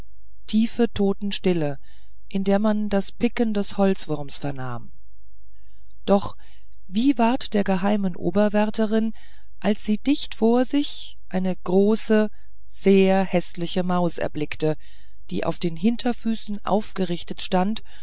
tiefe totenstille in der man das picken des holzwurms vernahm doch wie ward der geheimen oberwärterin als sie dicht vor sich eine große sehr häßliche maus erblickte die auf den hinterfüßen aufgerichtet stand